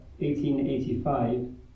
1885